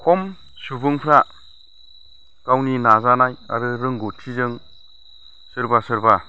खम सुबुंफ्रा गावनि नाजानाय आरो रोंगौथिजों सोरबा सोरबा